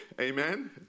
Amen